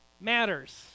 matters